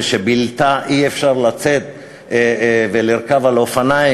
ושבלתה אי-אפשר לצאת ולרכוב על אופניים.